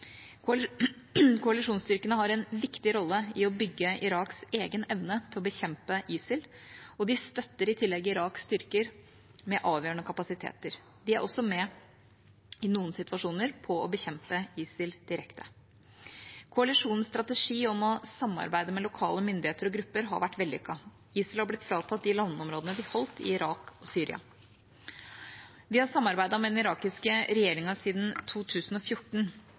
Koalisjonsstyrkene har en viktig rolle i å bygge Iraks egen evne til å bekjempe ISIL, og de støtter i tillegg Iraks styrker med avgjørende kapasiteter. De er også med, i noen situasjoner, på å bekjempe ISIL direkte. Koalisjonens strategi om å samarbeide med lokale myndigheter og grupper har vært vellykket. ISIL har blitt fratatt de landområdene de holdt i Irak og Syria. Vi har samarbeidet med den irakiske regjeringa siden 2014